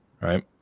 right